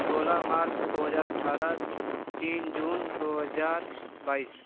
सोलह मार्च दो हज़ार अठारह तीन जून दो हज़ार बाईस